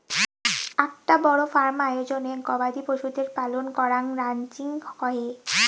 আকটা বড় ফার্ম আয়োজনে গবাদি পশুদের পালন করাঙ রানচিং কহে